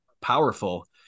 powerful